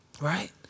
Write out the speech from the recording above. right